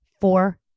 Four